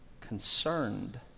concerned